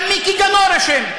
גם מיקי גנור אשם.